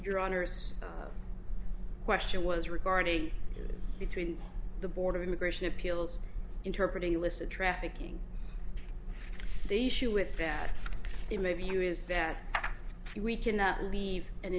your honor's question was regarding between the board of immigration appeals interpreter you listed trafficking the issue with that in my view is that we cannot leave an